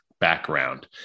background